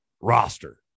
roster